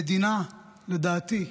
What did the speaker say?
המדינה, לדעתי,